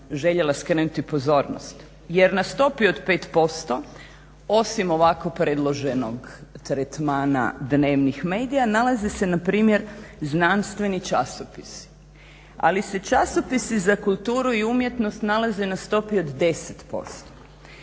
željela skrenuti pozornost. Jer na stopi od 5% osim ovako predloženog tretmana dnevnih medija nalaze se npr. znanstveni časopisi. Ali se časopisi za kulturu i umjetnost nalaze na stopi od 10%